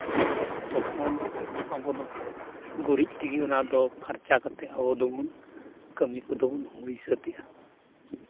ᱛᱚᱠᱷᱚᱱ ᱟᱵᱚ ᱫᱚ ᱜᱩᱨᱤᱡ ᱛᱮᱜᱮ ᱚᱱᱟ ᱫᱚ ᱯᱷᱟᱨᱪᱟ ᱠᱟᱛᱮᱫ ᱟᱵᱚ ᱫᱚᱵᱚᱱ ᱠᱟᱹᱢᱤ ᱠᱚᱫᱚ ᱵᱚᱱ ᱦᱩᱭ ᱥᱟᱹᱛ ᱮᱫᱟ